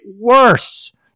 worse